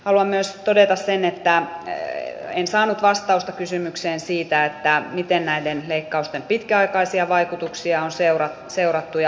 haluan myös todeta sen että en saanut vastausta kysymykseen siitä miten näiden leikkausten pitkäaikaisia vaikutuksia on seurattu ja arvioitu